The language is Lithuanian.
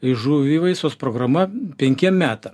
iš žuvivaisos programa penkiem metam